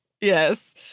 Yes